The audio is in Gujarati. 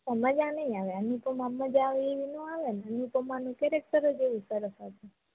મજા નઇ આવે અનુપમામાં મજા આવે એવી નો આવેને અનુપમાનું કેરેક્ટરજ કેવું સરસ હતું